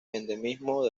endemismo